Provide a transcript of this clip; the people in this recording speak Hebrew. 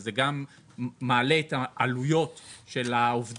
וזה גם מעלה את העלויות של העובדים.